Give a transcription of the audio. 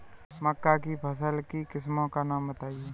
मक्का की फसल की किस्मों का नाम बताइये